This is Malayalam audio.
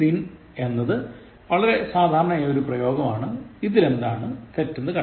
lives in എന്നത് വളരെ സാധാരണമായ ഒരു പ്രയോഗമാണ് ഇതിൽ എന്താണ് തെറ്റ്